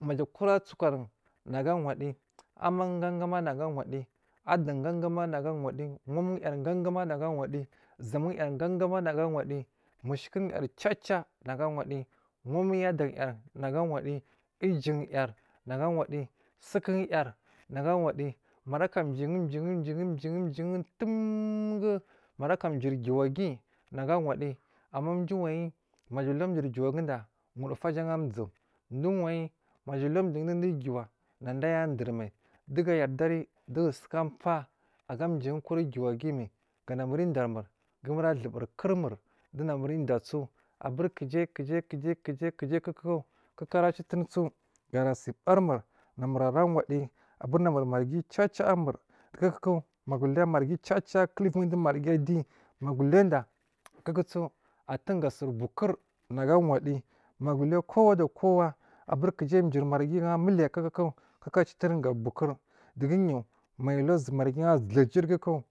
maja kura sukur un nagu a wadi amman gungama nagu awadiyyi adan gaga managa awa aiyyi wamyar gangama nagu awadiyyi zamunyar gan gama nagu awadiyyi mu showokuryar caca nagu a wadi wamgan adanyar naga a wadiyyi ujuwanyar nagu awadi sukunyar naga awadiyyi mora jiwon jiyiwon jiwon dumku mara ka duri giwaguyi nagu a wadiyyi amma dowonyi maju aluya duri giwaguda wudu funja a su dowo wayi ma alu ya dowo ugiwa nada aya dur mai dugu suka yar dari du gu suka paa ga jiyiwo kura ugiwaguyi mai ga namur udari duna mur atuburi kurmur duwo na mur udaso abir kujai kujai ru ku ara citinuwaso gara sibari mur nahur ara wadiyyi aburi na mur marghi ca ca rimur ku maga aluya marghi caca u vidu marghi adiyi magu aluya da kuku so atun ga suri buwo kur nagu a wadiyyi mo ga aluya kowa da kowa kujai dowuri marghi amiliya kuku acitiri ga bukur duguyu maga aluya zowo aduwo jirigu ku.